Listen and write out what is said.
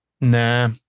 Nah